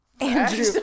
Andrew